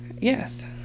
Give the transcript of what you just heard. Yes